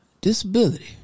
disability